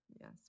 Yes